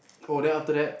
oh then after that